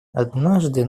однажды